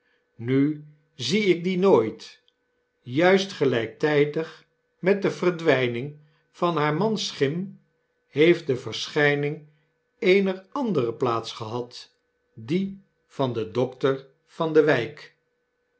nu zie ik die nooit juist gelyktydig met de verdwyning van haar mans schim heeft de verschyning eener andere plaats gehad die van den dokter van de wyk